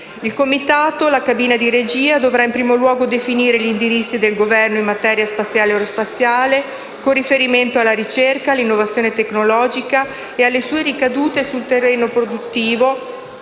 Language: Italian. Il Comitato, la cabina di regia, dovrà in primo luogo definire gli indirizzi del Governo in materia spaziale e aerospaziale, con riferimento alla ricerca, all'innovazione tecnologica e alle sue ricadute sul terreno produttivo,